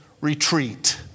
retreat